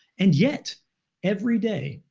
and yet every day,